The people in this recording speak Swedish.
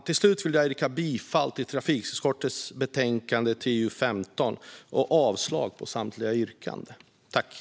Till slut vill jag yrka bifall till trafikutskottets förslag i TU15 och avslag på samtliga reservationer.